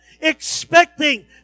expecting